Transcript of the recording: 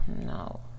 No